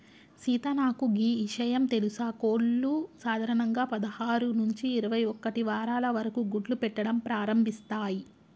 సీత నాకు గీ ఇషయం తెలుసా కోళ్లు సాధారణంగా పదహారు నుంచి ఇరవై ఒక్కటి వారాల వరకు గుడ్లు పెట్టడం ప్రారంభిస్తాయి